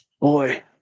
boy